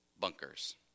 bunkers